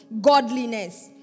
Godliness